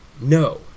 No